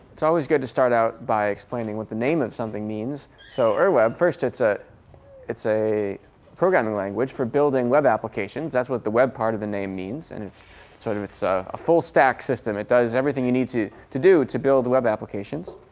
it's always good to start out by explaining what the name of something means. so ur web, first it's ah it's a programming language for building web applications. that's what the web part of the name means. and it's sort of ah a full stack system. it does everything you need to to do to build web applications.